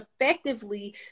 effectively